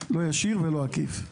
לא ישיר ולא עקיף.